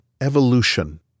evolution